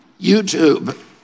YouTube